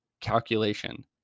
calculation